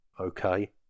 Okay